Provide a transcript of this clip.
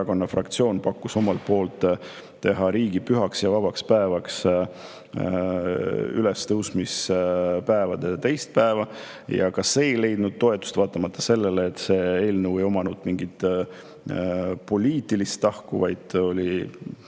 Keskerakonna fraktsioon pakkus teha riigipühaks ja vabaks päevaks ülestõusmispühade teise päeva. Ka see ei leidnud toetust, vaatamata sellele, et sellel eelnõul ei olnud mingit poliitilist tahku, see oli